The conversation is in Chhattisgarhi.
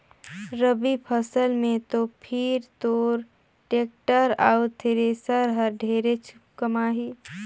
रवि फसल मे तो फिर तोर टेक्टर अउ थेरेसर हर ढेरेच कमाही